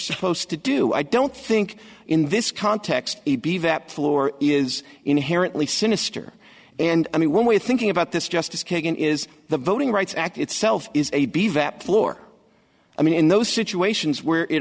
supposed to do i don't think in this context floor is inherently sinister and i mean one way of thinking about this justice kagan is the voting rights act itself is a floor i mean in those situations where it